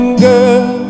girl